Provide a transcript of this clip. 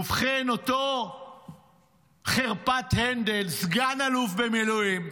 ובכן, אותו חרפת הנדל, סגן אלוף במילואים,